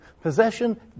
Possession